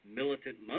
militant